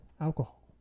alcohol